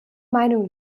meinung